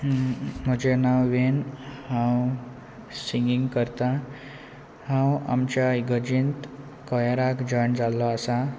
म्हजे नांव वेन हांव सिंगींग करतां हांव आमच्या इगर्जेंत कोयराक जॉयन जाल्लो आसा